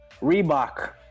Reebok